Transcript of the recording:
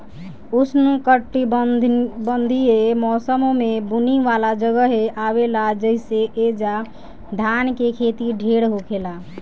उष्णकटिबंधीय मौसम में बुनी वाला जगहे आवेला जइसे ऐजा धान के खेती ढेर होखेला